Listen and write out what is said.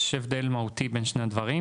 יש הבדל מהותי בין שני הדברים,